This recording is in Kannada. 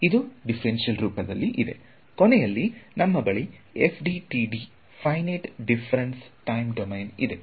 ಇದು ಡಿಫ್ರೆಂಟ್ ಶಿಯಲ್ ರೂಪದಲ್ಲಿ ಇದೆ ಕೊನೆಯಲ್ಲಿ ನಮ್ಮ ಬಳಿ FDTD finite difference time domain ಇದೆ